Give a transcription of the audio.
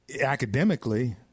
academically